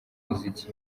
muziki